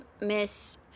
miss